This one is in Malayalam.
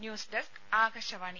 news desk Akashvani